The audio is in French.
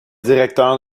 directeur